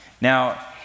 Now